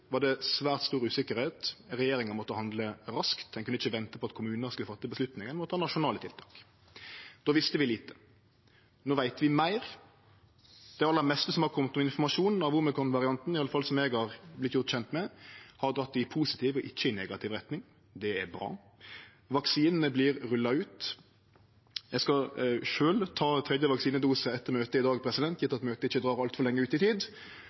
Regjeringa måtte handle raskt; ein kunne ikkje vente på at kommunane skulle fatte avgjerdene, ein måtte ha nasjonale tiltak. Då visste vi lite. No veit vi meir. Det aller meste som har kome av informasjon om omikron-varianten, iallfall som eg er vorten gjort kjent med, har drege i positiv og ikkje i negativ retning. Det er bra. Vaksinane vert rulla ut. Eg skal sjølv ta tredje vaksinedose etter møtet i dag, gjeve at møtet ikkje dreg altfor langt ut i tid.